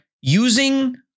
using